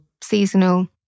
seasonal